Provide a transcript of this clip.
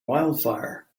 wildfire